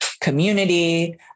community